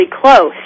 close